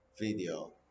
video